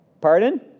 Pardon